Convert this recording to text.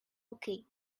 okay